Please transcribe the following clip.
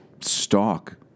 stock